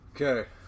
Okay